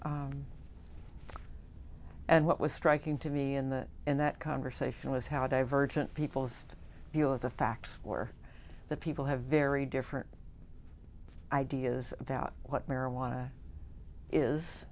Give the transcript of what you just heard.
and what was striking to me in that and that conversation was how divergent people's view as the facts were that people have very different ideas about what marijuana is